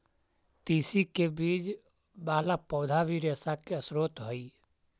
तिस्सी के बीज वाला पौधा भी रेशा के स्रोत हई